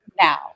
now